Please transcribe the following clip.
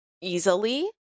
easily